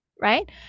right